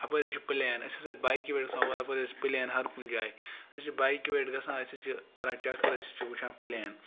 اَپٲرۍ حظ چھِ پٕلین أسۍ ہَسا چھِ بایکہِ پٮ۪ٹھ گژھان اور اَپٲرۍ حظ چھِ پٕلین ہَرکُنہِ جایہِ أسۍ حظ چھِ بایِکہِ پٮ۪ٹھ گژھان أسۍ حظ چھِ کَران چَکرَس أسۍ حظ چھِ وٕچھان پٕلین